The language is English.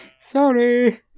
Sorry